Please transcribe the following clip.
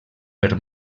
per